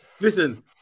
listen